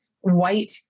white